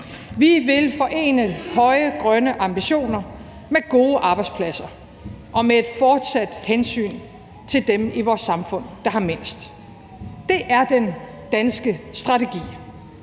Vi vil forene høje grønne ambitioner med gode arbejdspladser og med et fortsat hensyn til dem i vores samfund, der har mindst. Dét er den danske strategi: